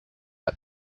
had